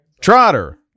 Trotter